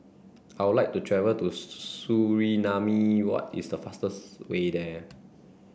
I would like to travel to Suriname what is the fastest way there